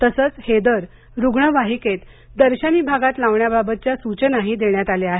तसेच हे दर रुग्णवाहिकेत दर्शनी भागात लावण्याबाबतच्या सुचनाही देण्यात आल्या आहेत